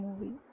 movie